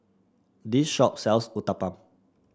this shop sells Uthapam